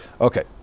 Okay